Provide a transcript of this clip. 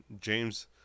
James